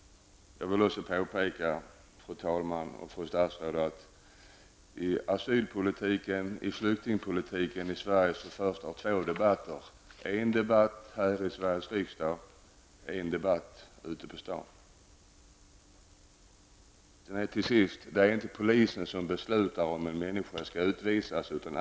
Jag vill också, fru talman och fru statsråd, påpeka att det i asylpolitiken och flyktingpolitiken i Sverige förs två debatter: en debatt här i Sveriges riksdag och en debatt ute på stan. Till sist vill jag säga att det inte är polisen som beslutar om en människa skall utvisas.